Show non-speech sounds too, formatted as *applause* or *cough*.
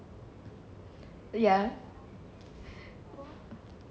ya *breath*